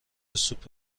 سوپ